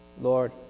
Lord